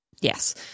yes